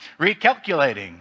recalculating